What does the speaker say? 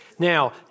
Now